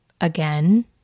again